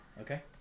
okay